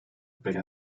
per